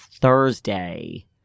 Thursday